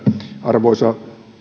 arvoisa